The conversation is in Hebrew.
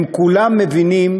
הם כולם מבינים